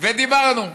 ודיברנו.